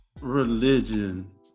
religion